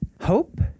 hope